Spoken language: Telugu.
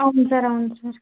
అవును సార్ అవును సార్